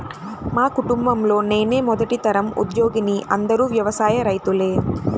మా కుటుంబంలో నేనే మొదటి తరం ఉద్యోగిని అందరూ వ్యవసాయ రైతులే